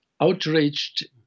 outraged